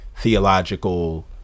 theological